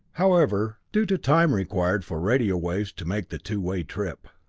however, due to time required for radio waves to make the two-way trip.